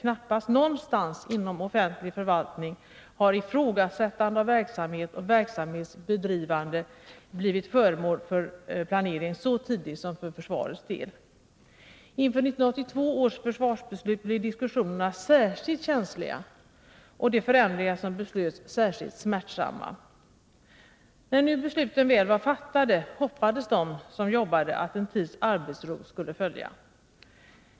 Kaappast någonstans inom offentlig förvaltning har verksamhet och verksamhets bedrivande blivit föremål för ifrågasättande och planering så tidigt som för försvarets del. Inför 1982 års försvarsbeslut blev diskussionerna särskilt känsliga och de förändringar som beslöts särskilt smärtsamma. När besluten väl var fattade hoppades de som jobbar inom försvaret att en tids arbetsro skulle följa.